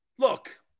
Look